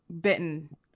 bitten